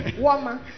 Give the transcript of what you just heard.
woman